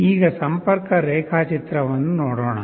ಈಗ ಸಂಪರ್ಕ ರೇಖಾಚಿತ್ರವನ್ನು ನೋಡೋಣ